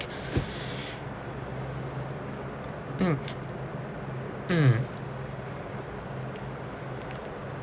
mm mm